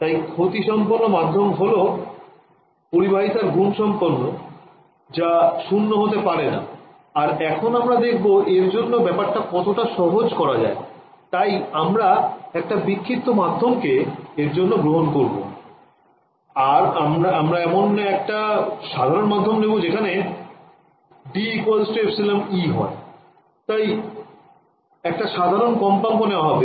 তাই ক্ষতি সম্পন্ন মাধ্যম হল পরিবাহিতার গুণ সম্পন্ন যা শূন্য হতে পারে না আর এখন আমরা দেখবো এর জন্য ব্যাপারটা কতটা সহজ করা যায় তাই আমরা একটা বিক্ষিপ্ত মাধ্যম কে এর জন্য গ্রহন করবো না আমরা এমন একটা সাধারণ মাধ্যম নেব যেখানে D ε E →→→ তাই একটা সাধারণ কম্পাঙ্ক নেওয়া হবে